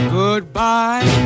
goodbye